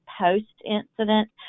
post-incident